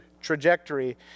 trajectory